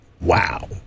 Wow